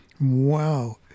Wow